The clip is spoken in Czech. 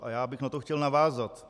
A já bych na to chtěl navázat.